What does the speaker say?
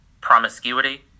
promiscuity